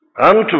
unto